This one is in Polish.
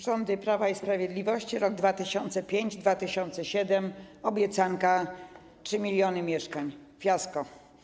Rządy Prawa i Sprawiedliwości w latach 2005-2007 to obiecanka 3 mln mieszkań - fiasko.